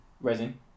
resin